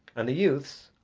and the youths,